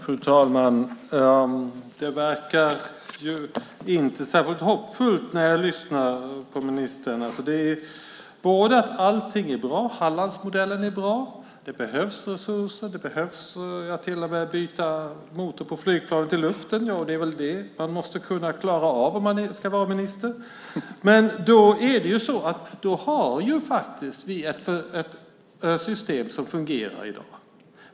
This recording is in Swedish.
Fru talman! När jag lyssnar på ministern verkar det inte särskilt hoppfullt. Det sägs att allting är bra. Hallandsmodellen är bra. Det behövs resurser och till och med att man kan byta motor på flygplan i luften. Ja, det måste man väl klara av om man är minister. Vi har faktiskt i dag ett system som fungerar.